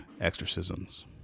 exorcisms